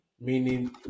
meaning